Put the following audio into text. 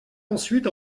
ensuite